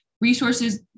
resources